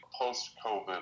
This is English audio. post-COVID